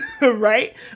right